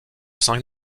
saint